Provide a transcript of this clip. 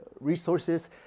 resources